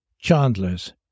Chandler's